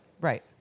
Right